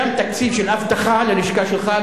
גם תקציב של אבטחה ללשכה שלך,